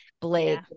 Blake